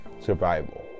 survival